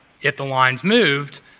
if the line is moved,